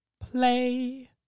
play